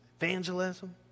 Evangelism